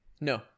No